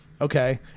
Okay